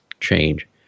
change